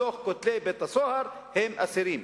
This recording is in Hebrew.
בתוך כותלי בית-הסוהר הם אסירים.